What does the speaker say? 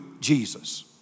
Jesus